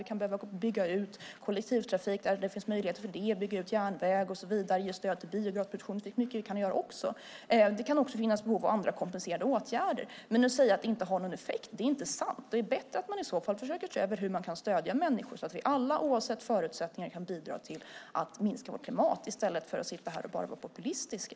Man kan behöva bygga ut kollektivtrafik där det finns möjligheter att göra det, bygga ut järnväg och ge stöd till biogasproduktion. Det kan också finnas behov av andra kompenserande åtgärder. Men att säga att det inte har någon effekt är inte sant. Det är bättre att i så fall se över hur man kan stödja människor så att vi alla, oavsett förutsättningar, kan bidra till att minska vår klimatpåverkan i stället för att bara sitta här och vara populistiska.